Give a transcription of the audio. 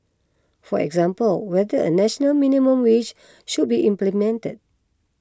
for example whether a national minimum wage should be implemented